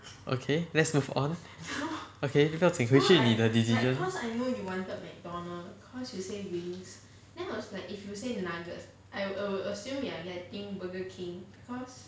okay let's move on okay 不用紧回去你的 decision